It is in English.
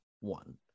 One